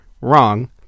wrong